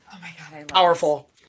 powerful